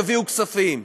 יביאו כספים.